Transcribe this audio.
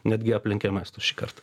netgi aplenkėm estus šįkart